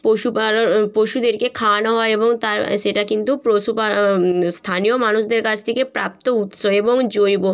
পশুপালন পশুদেরকে খাওয়ানো হয় এবং তার সেটা কিন্তু প্রশুপা স্থানীয় মানুষদের কাছ থেকে প্রাপ্ত উৎস এবং জৈব